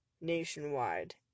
nationwide